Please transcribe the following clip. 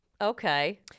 Okay